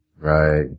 Right